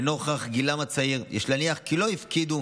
נוכח גילם הצעיר יש להניח כי לא הפקידו